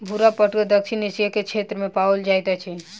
भूरा पटुआ दक्षिण एशिया के क्षेत्र में पाओल जाइत अछि